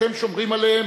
אתם שומרים עליהם,